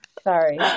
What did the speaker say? Sorry